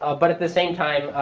ah but at the same time,